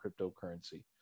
cryptocurrency